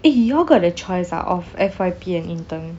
eh you all got a choice ah of F_Y_P and intern